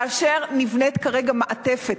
כאשר נבנית כרגע מעטפת,